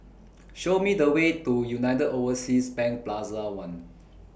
Show Me The Way to United Overseas Bank Plaza one